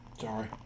Sorry